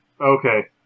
Okay